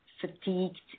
fatigued